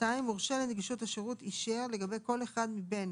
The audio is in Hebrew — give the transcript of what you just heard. (2)מורשה לנגישות השירות אישר לגבי כל אחד מבין